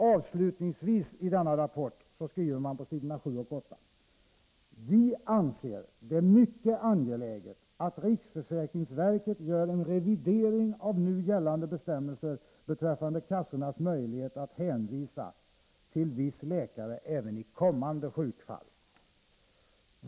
Avslutningsvis skriver man på s. 7 och 8 i denna rapport: ”Vi anser det mycket angeläget att Riksförsäkringsverket gör en revidering av nu gällande bestämmelser beträffande kassornas möjligheter att hänvisa till viss läkare även i kommande sjukfall.